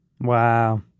Wow